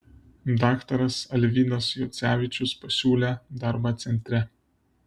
daktaras alvydas juocevičius pasiūlė darbą centre